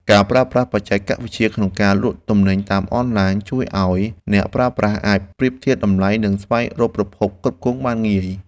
ការប្រើប្រាស់បច្ចេកវិទ្យាក្នុងការលក់ទំនិញតាមអនឡាញ ជួយឱ្យអ្នកប្រើប្រាស់អាចប្រៀបធៀបតម្លៃ និងស្វែងរកប្រភពផ្គត់ផ្គង់បានងាយ។